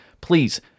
please